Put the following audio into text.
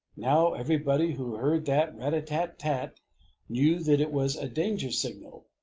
now everybody who heard that rat-a-tat-tat-tat knew that it was a danger signal.